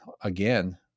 again